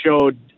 showed